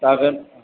जागोन